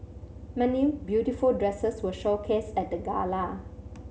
many beautiful dresses were showcased at the gala